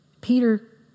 Peter